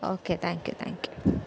okay thank you thank you